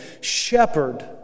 shepherd